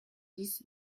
dix